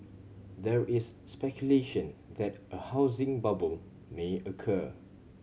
there is speculation that a housing bubble may occur